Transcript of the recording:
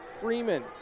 Freeman